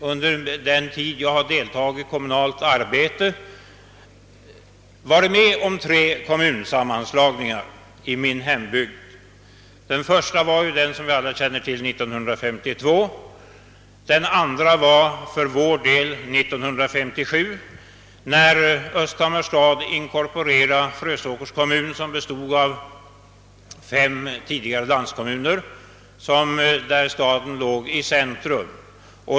Under den tid jag har deltagit i kommunalt arbete har jag varit med om tre kommunsammanslagningar i min hembygd. Den första ägde rum — som alla känner till år 1952, den andra skedde för vår del år 1957, när Östhammars stad inkorporerade Frösåkers kommun, som bestod av fem tidigare landskommuner med staden belägen i centrum.